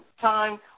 time